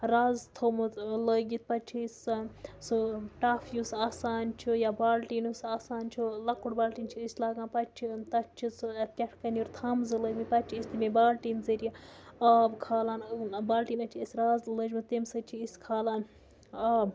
رَز تھوٚمُت لٲگِتھ پَتہٕ چھِ أسۍ سُہ ٹَف یُس آسان چھُ یا بالٹیٖن یُس آسان چھُ لۄکُٹ بالٹیٖن چھِ أسۍ لاگان پَتہٕ چھِ تَتھ چھِ سُہ پٮ۪ٹھٕ کَنۍ یورٕ تھَم زٕ لٲگِتھ پَتہٕ چھِ أسۍ تَمے بالٹیٖن ذٔریعہِ آب کھالان بالٹیٖنَس چھِ اَسہِ راز لٲجمٕژ تَمہِ سۭتۍ چھِ أسۍ کھالان آب